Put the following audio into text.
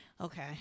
Okay